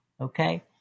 okay